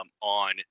on